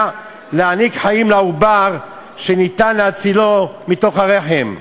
להעניק חיים לעובר שניתן להצילו מתוך הרחם.